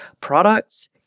products